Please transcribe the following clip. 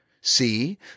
See